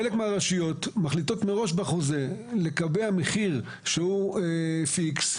חלק מהרשויות מחליטות מראש לקבע מחיר בחוזה שהוא פיקס,